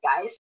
guys